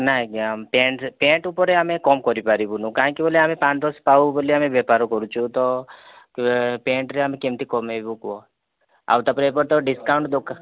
ନାଇଁ ଆଜ୍ଞା ଆମେ ପ୍ୟାଣ୍ଟ ପ୍ୟାଣ୍ଟ ଉପରେ ଆମେ କମ୍ କରିପାରିବୁନି କାହିଁକି ବୋଲି ଆମେ ପାଞ୍ଚ ଦଶ ପାଉ ବୋଲି ଆମେ ବେପାର କରୁଛୁ ତ ଏ ପ୍ୟାଣ୍ଟରେ ଆମେ କେମିତି କମେଇବୁ କୁହ ଆଉ ତାପରେ ଏବେ ତ ଡ଼ିସ୍କକାଉଣ୍ଟ ଦୋକାନ